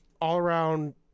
All-around